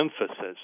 emphasis